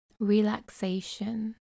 relaxation